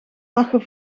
lachen